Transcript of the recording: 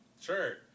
Sure